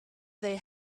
they